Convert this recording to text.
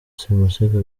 simusiga